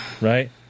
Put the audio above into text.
right